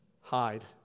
hide